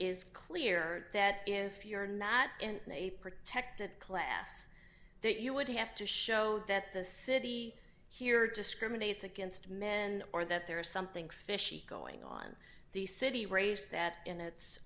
is clear that if you're not in a protected class that you would have to show that the city here discriminates against men or that there is something fishy going on the city raised that in it